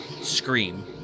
scream